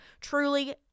truly